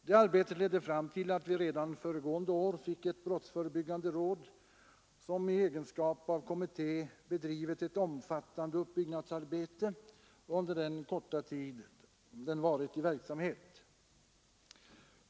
Det arbetet ledde fram till att vi redan föregående år fick ett brottsförebyggande råd, som i egenskap av kommitté bedrivit ett omfattande uppbyggnadsarbete under den korta tid det varit i verksamhet.